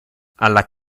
alla